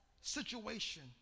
situation